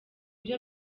byo